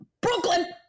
brooklyn